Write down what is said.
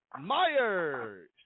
Myers